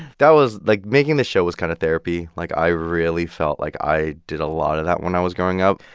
that was like, making this show was kind of therapy. like, i really felt like i did a lot of that when i was growing up.